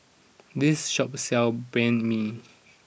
this shop sells Banh Mi